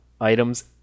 items